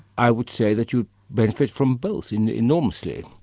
i would say that you'd benefit from both, and enormously.